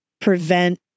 prevent